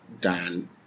Dan